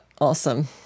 Awesome